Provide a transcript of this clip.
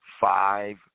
five